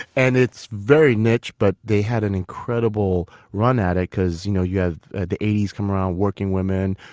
and it's very niche but they had an incredible run at it because you know you have the eighty s come around working women,